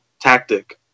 tactic